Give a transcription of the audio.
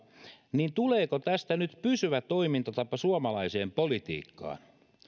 tuleeko tästä nyt pysyvä toimintatapa suomalaiseen politiikkaan